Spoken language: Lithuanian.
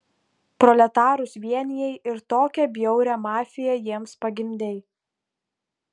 proletarus vienijai ir tokią bjaurią mafiją jiems pagimdei